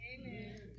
amen